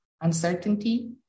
uncertainty